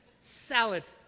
Salad